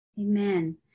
Amen